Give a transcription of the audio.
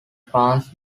france